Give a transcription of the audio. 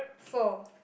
four